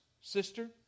sister